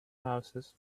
houses